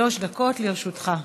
שלוש דקות לרשותך.